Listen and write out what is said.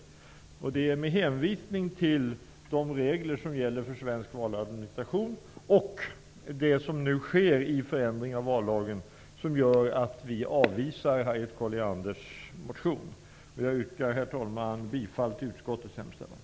Vi avvisar Harriet Collianders motion med hänvisning till de regler som gäller för svensk valadministration och de förändringar i vallagen som nu skall göras. Herr talman! Jag yrkar än en gång bifall till utskottets hemställan.